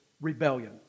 rebellion